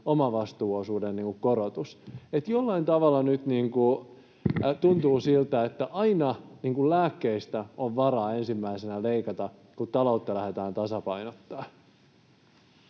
omavastuuosuuden korotus. Jollain tavalla nyt tuntuu siltä, että aina lääkkeistä on varaa ensimmäisenä leikata, kun taloutta lähdetään tasapainottamaan.